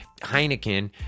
Heineken